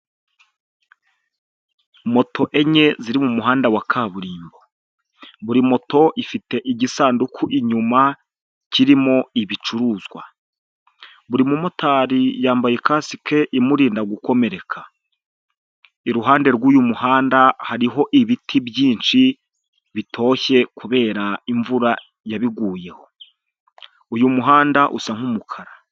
Moto enye ziri mu muhanda wa kaburimbo, buri moto ifite igisanduku inyuma kirimo ibicuruzwa. Buri mumotari yambaye kasike imurinda gukomereka. Iruhande rw'uyu muhanda hariho ibiti byinshi bitoshye kubera imvura yabiguyeho, uyu muhanda usa nk'umukara.